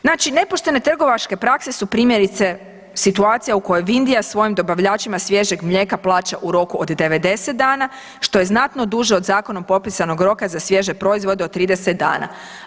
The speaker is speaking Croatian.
Znači, nepoštene trgovačke prakse su primjerice situaciji u kojoj Vindija svojim dobavljačima svježeg mlijeka plaća u roku od 90 dana, što je znatno duže od zakonom propisanog roka za svježe proizvode od 30 dana.